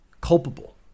culpable